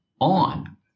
on